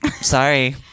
sorry